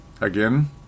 again